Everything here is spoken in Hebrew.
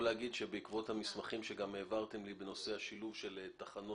גם את זה חשוב להגיד, לא צריך לזלזל